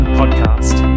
podcast